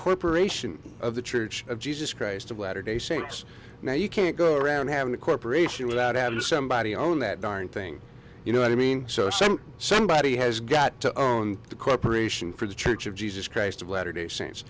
corporation of the church of jesus christ of latter day saints now you can't go around having a corporation without added somebody own that darn thing you know i mean so some somebody has got to own the corporation for the church of jesus christ of latter day saints